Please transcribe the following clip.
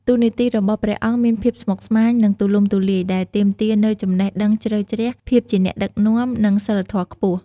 តួនាទីរបស់ព្រះអង្គមានភាពស្មុគស្មាញ និងទូលំទូលាយ ដែលទាមទារនូវចំណេះដឹងជ្រៅជ្រះ ភាពជាអ្នកដឹកនាំ និងសីលធម៌ខ្ពស់។